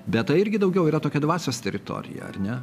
bet tai irgi daugiau yra tokia dvasios teritorija ar ne